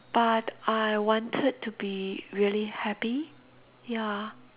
but I wanted to be really happy ya